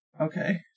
Okay